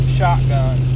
shotgun